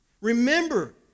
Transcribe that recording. Remember